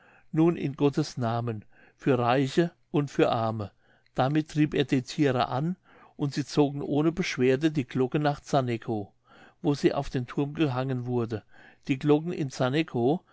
nun in gottes namen für reiche und für arme damit trieb er die thiere an und sie zogen ohne beschwerde die glocke nach zarnekow wo sie auf den thurm gehangen wurde die glocken in zarnekow